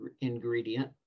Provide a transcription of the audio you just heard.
ingredient